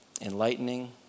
Enlightening